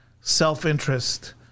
self-interest